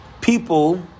people